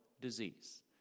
disease